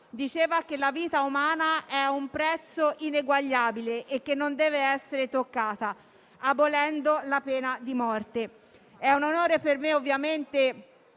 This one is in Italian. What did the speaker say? diceva che la vita umana ha un prezzo ineguagliabile e che non deve essere toccata, abolendo la pena di morte. È un onore per me, ovviamente,